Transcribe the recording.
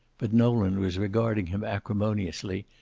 but nolan was regarding him acrimoniously,